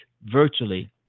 virtually